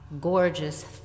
gorgeous